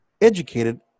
educated